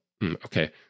Okay